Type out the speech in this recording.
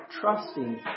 trusting